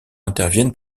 interviennent